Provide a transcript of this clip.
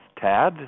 Tad